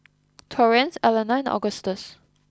Torrence Alana and Agustus